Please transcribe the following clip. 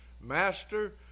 Master